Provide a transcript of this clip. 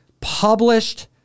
published